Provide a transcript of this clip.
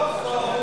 סוף-סוף.